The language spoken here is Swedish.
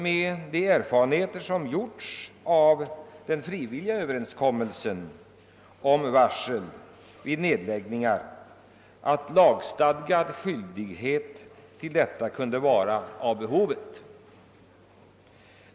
Med de erfarenheter som gjorts av den frivilliga överenskommelse som träffats om varsel vid nedläggningar tror jag att en lagstadgad skyldighet härvidlag kan vara behövlig.